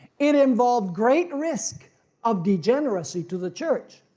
it involved great risk of degeneracy to the church.